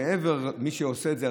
מעבר למי שעושה את זה,